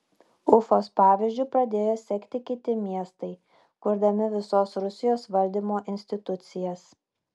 ufos pavyzdžiu pradėjo sekti kiti miestai kurdami visos rusijos valdymo institucijas